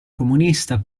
comunista